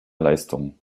leistung